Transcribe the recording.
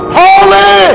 holy